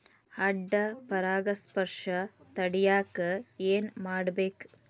ಅಡ್ಡ ಪರಾಗಸ್ಪರ್ಶ ತಡ್ಯಾಕ ಏನ್ ಮಾಡ್ಬೇಕ್?